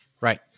Right